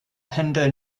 hinder